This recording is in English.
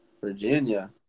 Virginia